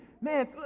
man